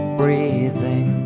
breathing